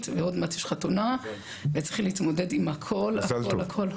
ועוד מעט יש חתונה וצריך להתמודד עם הכול הכול הכול.